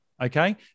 okay